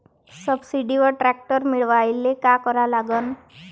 सबसिडीवर ट्रॅक्टर मिळवायले का करा लागन?